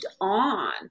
on